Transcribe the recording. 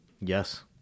yes